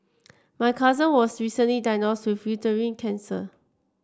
my cousin was recently diagnosed with uterine cancer